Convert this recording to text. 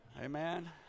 Amen